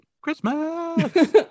christmas